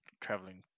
traveling